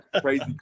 crazy